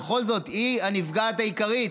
בכל זאת היא הנפגעת העיקרית.